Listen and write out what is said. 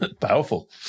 Powerful